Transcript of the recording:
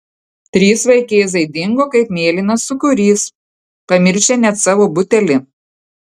trys vaikėzai dingo kaip mėlynas sūkurys pamiršę net savo butelį